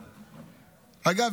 אגב,